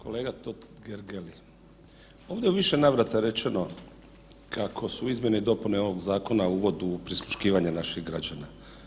Kolega Totgergeli, ovdje je u više navrata rečeno kako su izmjene i dopune ovog zakona uvod u prisluškivanje naših građana.